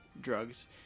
drugs